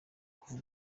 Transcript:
kuva